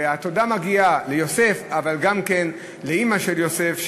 והתודה מגיעה ליוסף אבל גם לאימא של יוסף,